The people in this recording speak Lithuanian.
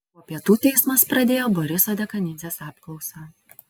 po pietų teismas pradėjo boriso dekanidzės apklausą